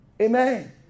Amen